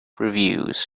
reviews